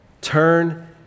turn